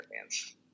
fans